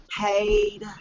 paid